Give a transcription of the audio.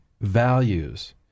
values